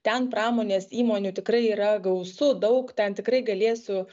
ten pramonės įmonių tikrai yra gausu daug ten tikrai galėsiu